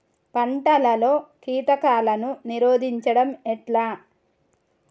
పంటలలో కీటకాలను నిరోధించడం ఎట్లా?